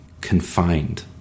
confined